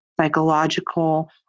psychological